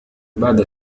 بعد